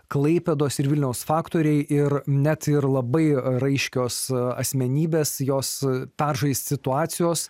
klaipėdos ir vilniaus faktoriai ir net ir labai raiškios asmenybės jos peržaist situacijos